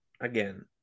again